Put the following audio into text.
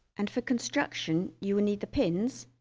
and for construction you will need the pins,